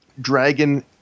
dragon